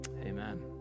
amen